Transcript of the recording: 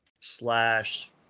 slash